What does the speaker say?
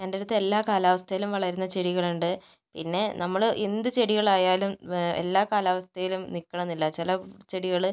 എൻ്റെ അടുത്ത് എല്ലാ കാലാവസ്ഥയിലും വളരുന്ന ചെടികളുണ്ട് പിന്നെ നമ്മൾ എന്ത് ചെടികൾ ആയാലും എല്ലാ കാലാവസ്ഥയിലും നിൽക്കണം എന്നില്ല ചില ചെടികൾ